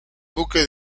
buque